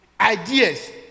ideas